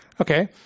Okay